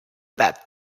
that